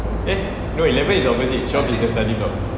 eh no eleven is opposite twelve is the study block